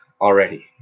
already